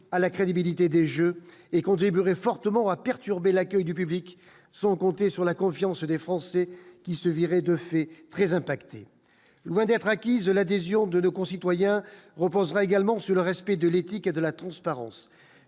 à la crédibilité des jeux et contribuerait fortement à perturber l'accueil du public, sans compter sur la confiance des Français qui se virer de fait très impacté loin d'être acquise l'adhésion de nos concitoyens reposera également sur le respect de l'éthique et de la transparence